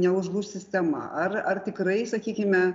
neužlūš sistema ar ar tikrai sakykime